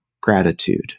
gratitude